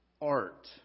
art